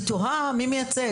מי מייצג?